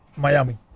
Miami